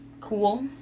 cool